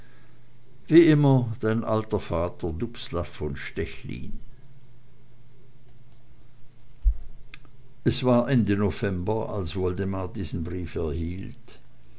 wie immer dein alter vater dubslav von stechlin es war ende november als woldemar diesen brief erhielt